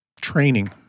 training